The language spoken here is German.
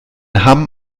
hamm